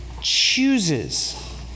chooses